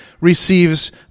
receives